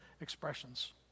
expressions